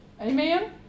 Amen